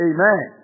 Amen